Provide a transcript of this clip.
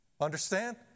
understand